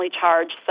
charged